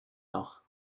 noch